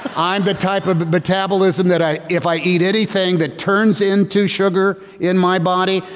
i'm the type of metabolism that i if i eat anything that turns into sugar in my body,